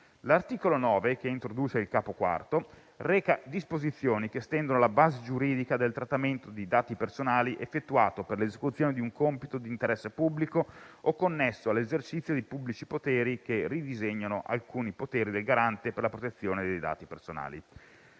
L'articolo 9, che introduce il capo IV, reca disposizioni che estendono la base giuridica del trattamento di dati personali effettuato per l'esecuzione di un compito di interesse pubblico o connesso all'esercizio di pubblici poteri, che ridisegnano alcuni poteri del Garante per la protezione dei dati personali.